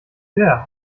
fair